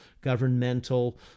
governmental